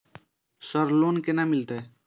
Sir loan केना मिलते?